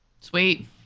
Sweet